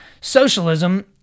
socialism